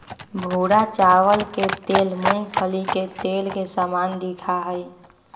भूरा चावल के तेल मूंगफली के तेल के समान दिखा हई